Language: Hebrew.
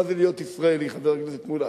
מה זה להיות ישראלי, חבר הכנסת מולה?